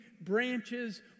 branches